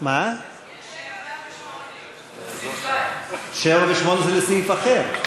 יש 7 ואז 8. 7 ו-8 זה לסעיף אחר.